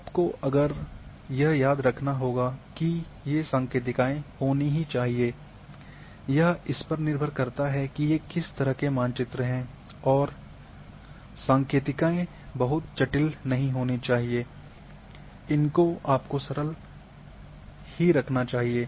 आप को यह याद रखना होगा कि ये संकेत होनी ही चाहिए यह इस पर निर्भर करता है कि ये किस तरह के मानचित्र हैं और तो संकेतिकाएँ बहुत जटिल नहीं होनी चाहिए इनको आपको सरल हाई रखना चाहिए